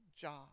job